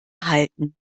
halten